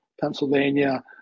Pennsylvania